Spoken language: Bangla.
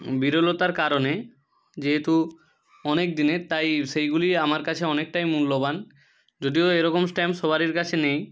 বিরলতার কারণে যেহেতু অনেক দিনের তাই সেইগুলি আমার কাছে অনেকটাই মূল্যবান যদিও এরকম স্ট্যাম্প সবার কাছে নেই